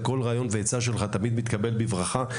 וכל רעיון ועצה שלך תמיד מתקבלים בברכה.